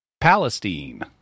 Palestine